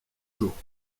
jours